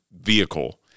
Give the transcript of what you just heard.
vehicle